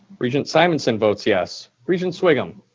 regent simonson votes yes. regent sviggum?